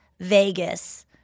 Vegas